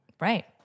Right